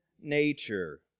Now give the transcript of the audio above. nature